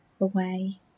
away